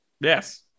yes